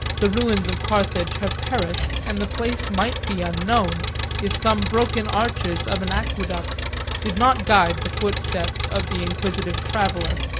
the ruins of carthage have perished and the place might be unknown if some broken arches of an aqueduct did not guide the footsteps of the inquisitive traveller.